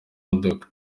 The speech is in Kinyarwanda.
modoka